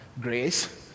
grace